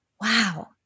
wow